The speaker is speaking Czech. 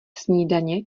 snídaně